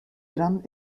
dran